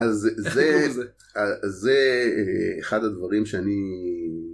אז זה אחד הדברים שאני...